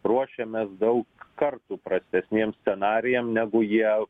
ruošėmės daug kartų prastesniems scenarijam negu jie